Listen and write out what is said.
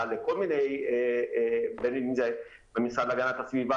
לכל מיני דברים בין אם זה במשרד להגנת הסביבה,